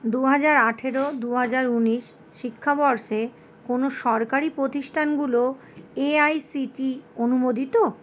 দু হাজার আঠেরো দু হাজার উনিশ শিক্ষাবর্ষে কোনও সরকারি প্রতিষ্ঠানগুলো A I C T E অনুমোদিত